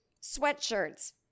sweatshirts